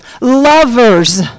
lovers